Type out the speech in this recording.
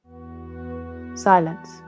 silence